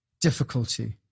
difficulty